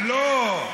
לא.